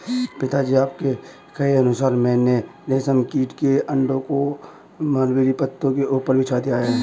पिताजी आपके कहे अनुसार मैंने रेशम कीट के अंडों को मलबरी पत्तों के ऊपर बिछा दिया है